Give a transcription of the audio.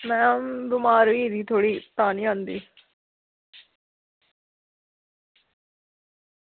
अं'ऊ बमार होई दी थोह्ड़ी तां निं आंदी